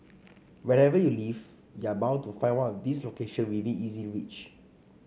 wherever you live you are bound to find one of these location within easy reach